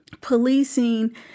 policing